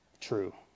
true